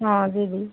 ହଁ ଦିଦି